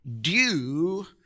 due